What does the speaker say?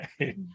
right